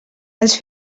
els